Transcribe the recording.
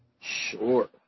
Sure